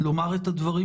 לומר את הדברים